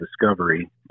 discovery